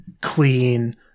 clean